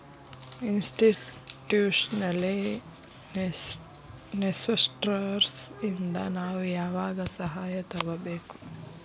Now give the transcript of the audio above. Institutional investors ಇಂದಾ ನಾವು ಯಾವಾಗ್ ಸಹಾಯಾ ತಗೊಬೇಕು?